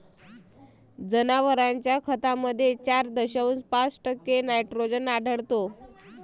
जनावरांच्या खतामध्ये चार दशांश पाच टक्के नायट्रोजन आढळतो